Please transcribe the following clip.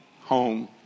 home